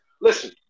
Listen